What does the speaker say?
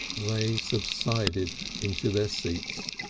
they subsided into their seats.